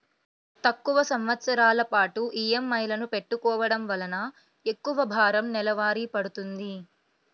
తక్కువ సంవత్సరాల పాటు ఈఎంఐలను పెట్టుకోవడం వలన ఎక్కువ భారం నెలవారీ పడ్తుంది